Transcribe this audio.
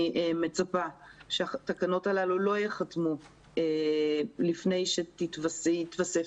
אני מצפה שהתקנות הללו לא ייחתמו לפני שיתווסף